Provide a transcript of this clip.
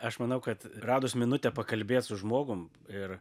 aš manau kad radus minutę pakalbėt su žmogum ir